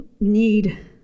need